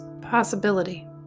possibility